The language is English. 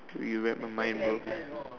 you read my mind bro